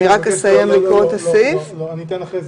אני אתן לכם